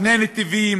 שני נתיבים,